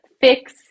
fix